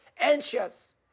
anxious